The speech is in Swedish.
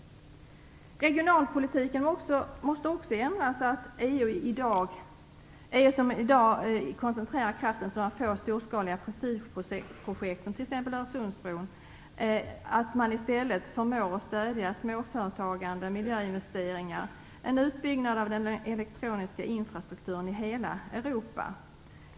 Regionalpolitiken måste också ändras så, att EU inte som i dag koncentrerar kraften till några storskaliga prestigeprojekt som Öresundsbron utan i stället förmår stödja småföretagande, miljöinvesteringar och en utbyggnad av den elektroniska infrastrukturen i hela Europa.